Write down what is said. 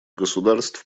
государств